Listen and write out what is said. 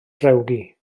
drewgi